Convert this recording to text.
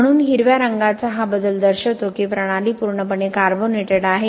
म्हणून हिरव्या रंगाचा हा बदल दर्शवितो की प्रणाली पूर्णपणे कार्बोनेटेड आहे